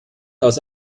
aus